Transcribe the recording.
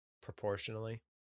proportionally